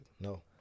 No